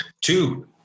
two